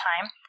time